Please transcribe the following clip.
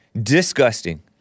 Disgusting